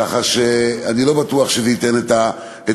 כך שאני לא בטוח שזה ייתן את התשובה.